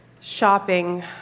shopping